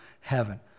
heaven